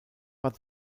but